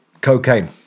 cocaine